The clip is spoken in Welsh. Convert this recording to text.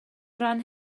ran